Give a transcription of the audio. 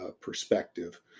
perspective